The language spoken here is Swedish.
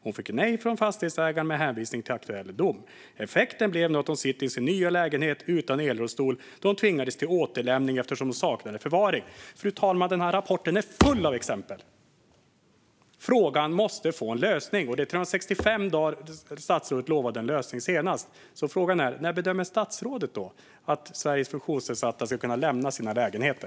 Hon fick nej från fastighetsägaren med hänvisning till aktuell dom. Effekten blev att hon nu sitter i sin nya lägenhet utan elrullstol, då hon tvingades till återlämning eftersom hon saknade förvaring. Fru ålderspresident! Den här rapporten är full av exempel. Frågan måste få en lösning. Det är 365 dagar sedan statsrådet senast lovade en lösning. När bedömer statsrådet att Sveriges funktionsnedsatta ska kunna lämna sina lägenheter?